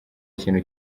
ikintu